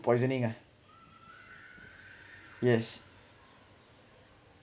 poisoning ah yes